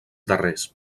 darrers